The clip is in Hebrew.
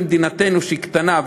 במדינתנו שהיא קטנה,